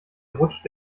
rutscht